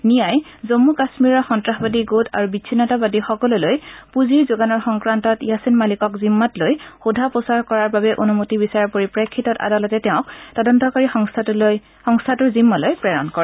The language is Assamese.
নিয়াই জম্মু কাম্মীৰৰ সন্নাসবাদী গোট আৰু বিছিন্নতাবাদীসকললৈ পুঁজি যোগানৰ সংক্ৰান্তত য়াছিন মালিকক জিম্মাত লৈ সোধা পোছা কৰাৰ বাবে অনুমতি বিচৰাৰ পৰিপ্ৰেক্ষিতত আদালতে তেওঁক তদম্তকাৰী সংস্থাটোৰ জিম্মালৈ প্ৰেৰণ কৰে